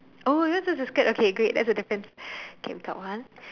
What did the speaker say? oh yours is a skirt okay great that's the difference okay we got one